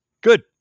good